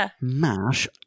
mash